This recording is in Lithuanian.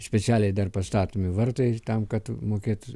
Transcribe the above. specialiai dar pastatomi vartai tam kad mokėt